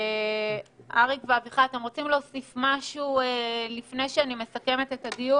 האם אתם רוצים להוסיף משהו לפני שאני מסכמת את הדיון?